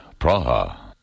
Praha